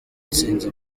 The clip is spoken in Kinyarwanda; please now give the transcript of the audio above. atsinze